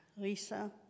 Lisa